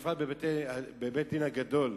בפרט בבית-הדין הגדול,